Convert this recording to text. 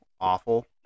awful